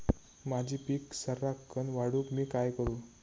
माझी पीक सराक्कन वाढूक मी काय करू?